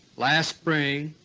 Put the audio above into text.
last spring,